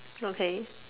okay